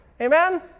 Amen